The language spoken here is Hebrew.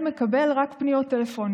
המוקד מקבל רק פניות טלפוניות,